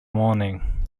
morning